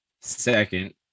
second